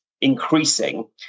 increasing